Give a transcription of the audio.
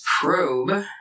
probe